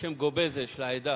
בשם גובזה, מהעדה.